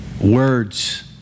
Words